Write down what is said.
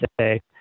say